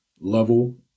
level